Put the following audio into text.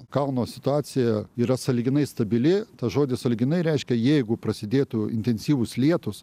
kalno situacija yra sąlyginai stabili tas žodis sąlyginai reiškia jeigu prasidėtų intensyvūs lietūs